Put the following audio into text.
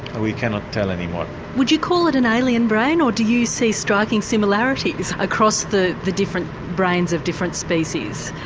we cannot tell any more. would you call it an alien brain, or do you see striking similarities across the the different brains of different species?